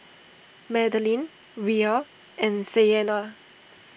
Madilynn Rhea and Sienna